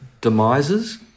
demises